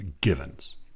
givens